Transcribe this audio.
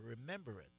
remembrance